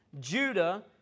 Judah